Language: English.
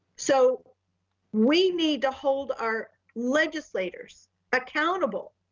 so we need to hold our legislators accountable.